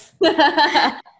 Yes